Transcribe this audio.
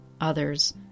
others